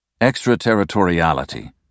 extraterritoriality